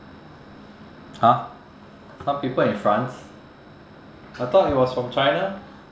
!huh! some people in france I thought it was from china